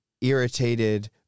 irritated